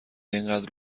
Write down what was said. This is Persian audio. اینقدر